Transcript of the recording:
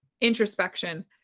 introspection